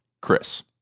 Chris